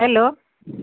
hello